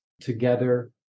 together